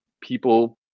people